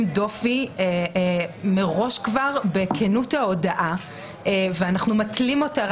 דופי כבר מראש בכנות ההודאה ואנחנו מתלים אותה.